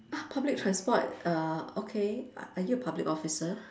ah public transport err okay are are you a public officer